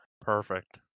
perfect